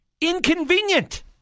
inconvenient